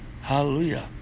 Hallelujah